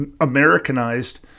Americanized